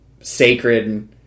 sacred